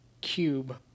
cube